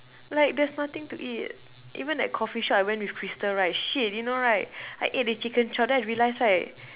like there's nothing to eat even that coffee shop I went with crystal right shit you know right I ate the chicken chop then I realised right